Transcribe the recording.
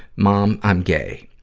mom, i'm gay.